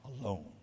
alone